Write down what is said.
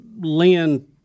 lynn